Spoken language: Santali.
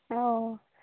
ᱚ